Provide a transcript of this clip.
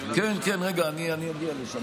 כן, כן, אני אגיע לשם.